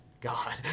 God